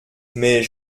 mais